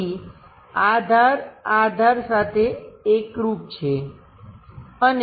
તેથી આ ધાર આ ધાર સાથે એકરુપ છે